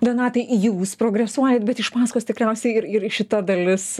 donatai jūs progresuojat bet iš paskos tikriausiai ir ir šita dalis